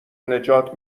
نجات